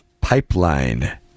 pipeline